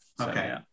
Okay